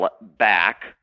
back